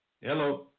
Hello